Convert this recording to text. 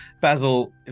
Basil